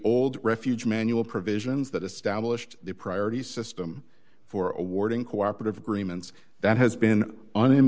old refuge manual provisions that established the priority system for awarding cooperative agreements that has been an